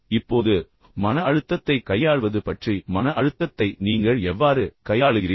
இப்போது மன அழுத்த மேலாண்மையைப் பற்றி மன அழுத்தத்தைக் கையாள்வது பற்றி மன அழுத்தத்தை நீங்கள் எவ்வாறு கையாளுகிறீர்கள்